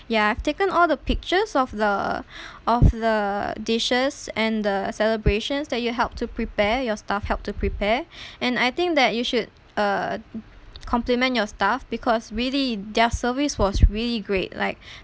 ya I've taken all the pictures of the of the dishes and the celebrations that you helped to prepare your staff helped to prepare and I think that you should uh compliment your staff because really their service was really great like